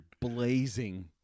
blazing